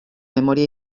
memoria